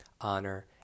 honor